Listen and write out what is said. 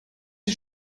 der